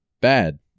bad